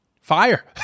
fire